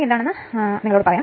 ഇത് 106 ആമ്പിയർ വരുന്നു